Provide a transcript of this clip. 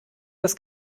das